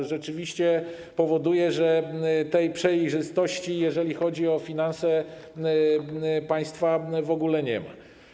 To rzeczywiście powoduje, że tej przejrzystości, jeżeli chodzi o finanse państwa, w ogóle nie ma.